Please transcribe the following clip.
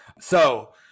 So-